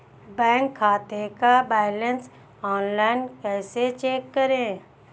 Bank खाते का balance online कैसे चेक करें?